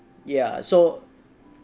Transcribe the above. ya so